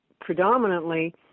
predominantly